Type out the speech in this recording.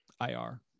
IR